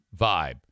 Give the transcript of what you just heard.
vibe